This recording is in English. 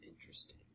interesting